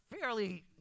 fairly